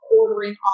ordering